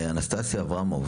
אנסטסיה אברמוב